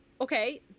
okay